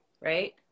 right